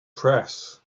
press